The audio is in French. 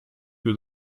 que